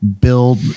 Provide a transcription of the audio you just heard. build